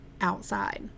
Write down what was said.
outside